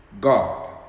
God